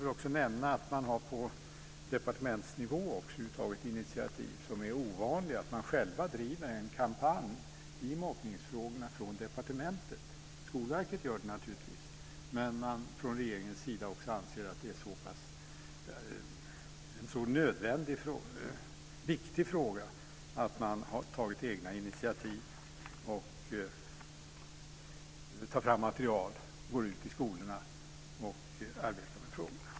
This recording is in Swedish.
Jag vill nämna att man också på departementsnivå har tagit initiativ. Det är ovanligt att man från departementet själv driver en kampanj i mobbningsfrågan. Skolverket gör det naturligtvis, men man anser också från regeringens sida att skolan är så viktig att man tar egna initiativ, tar fram material, går ut i skolorna och arbetar med frågorna.